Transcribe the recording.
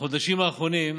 בחודשים האחרונים,